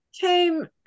came